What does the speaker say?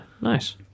Nice